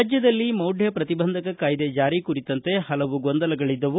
ರಾಜ್ವದಲ್ಲಿ ಮೌಢ್ವಪ್ರತಿಬಂಧಕ ಕಾಯ್ದೆ ಜಾರಿ ಕುರಿತಂತೆ ಹಲವು ಗೊಂದಲಗಳಿದ್ದವು